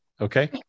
Okay